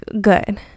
good